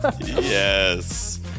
yes